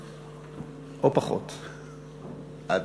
עד